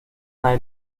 night